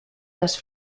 les